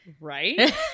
right